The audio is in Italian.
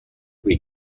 quei